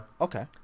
Okay